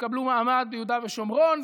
שיקבלו מעמד ביהודה ושומרון,